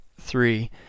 three